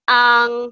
ang